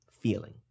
feeling